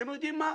אתם יודעים מה?